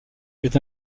est